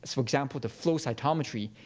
for example the flow cytometry,